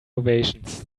ovations